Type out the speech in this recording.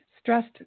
stressed